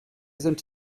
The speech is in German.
sind